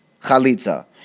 chalitza